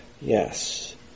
Yes